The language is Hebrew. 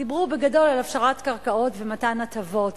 דיברו בגדול על הפשרת קרקעות ומתן הטבות.